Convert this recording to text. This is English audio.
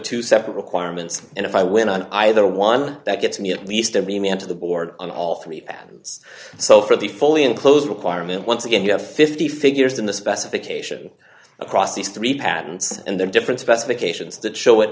two separate requirements and if i win on either one that gets me at least every man to the board on all three so for the fully enclosed requirement once again you have fifty figures in the specification across these three patents and there are different specifications that show it